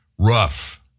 rough